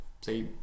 say